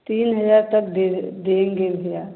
तीन हज़ार तक दे देंगे भैया